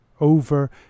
over